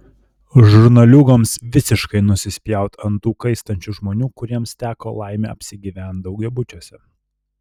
žurnaliūgoms visiškai nusispjaut ant tų kaistančių žmonių kuriems teko laimė apsigyvent daugiabučiuose